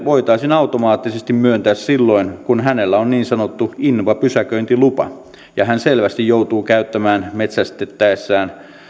voitaisiin automaattisesti myöntää tämä lupa kuljettaa asetta silloin kun hänellä on niin sanottu invapysäköintilupa ja hän selvästi joutuu käyttämään metsästäessään